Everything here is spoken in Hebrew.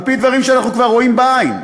על-פי דברים שאנחנו כבר רואים בעין.